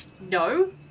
No